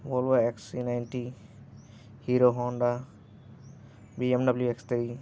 Volvo xe ninety Hero Honda BMW X three